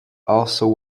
also